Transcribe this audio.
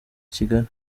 kigali